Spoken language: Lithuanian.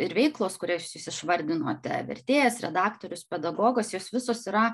ir veiklos kurias jūs išvardinote vertėjas redaktorius pedagogas jos visos yra